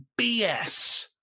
BS